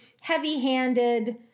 heavy-handed